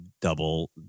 double